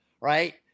right